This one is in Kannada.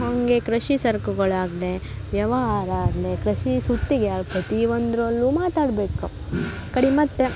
ಹಾಗೆ ಕೃಷಿ ಸರಕುಗಳ ಆಗ್ಲಿ ವ್ಯವಹಾರ ಆಗಲಿ ಕೃಷಿ ಪ್ರತಿ ಒಂದರಲ್ಲೂ ಮಾತಾಡ್ಬೇಕು ಕಡಿಗೆ ಮತ್ತು